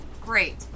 Great